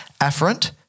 afferent